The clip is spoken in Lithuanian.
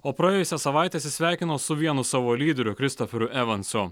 o praėjusią savaitę atsisveikino su vienu savo lyderių kristoferiu evansu